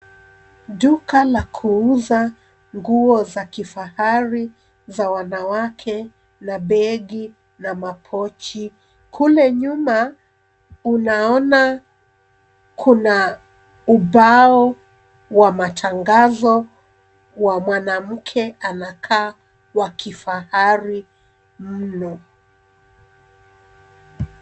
Duka la kuuza nguo za kifahari za wanawake, na begi na mapochi. Kule nyuma, unaona kuna ubao wa matangazo wa mwanamke anakaa wa kifahari mno.